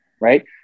Right